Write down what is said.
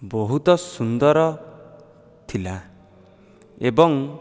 ବହୁତ ସୁନ୍ଦର ଥିଲା ଏବଂ